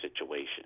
situation